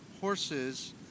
horses